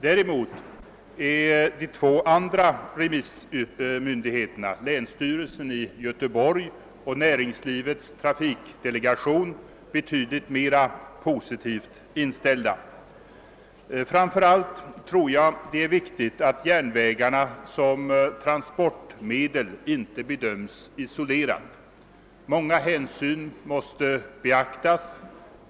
De två andra remissmyndigheterna, länsstyrelsen i Göteborgs och Bohus län och Näringslivets trafikdelegation, är däremot betydligt mera positivt inställda. Vad som i detta sammanhang framför allt är viktigt är att man inte gör en isolerad bedömning av järnvägarna som transportmedel utan tar hänsyn till att det är många faktorer som skall beaktas.